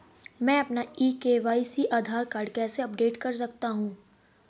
मैं अपना e KYC Aadhaar card कैसे अपडेट कर सकता हूँ?